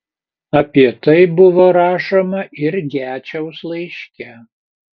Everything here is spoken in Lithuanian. apie tai buvo rašoma ir gečiaus laiške